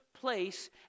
place